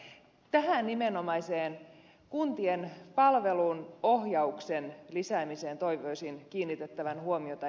tähän nimenomaiseen kuntien palvelunohjauksen lisäämiseen toivoisin kiinnitettävän huomiota